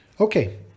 Okay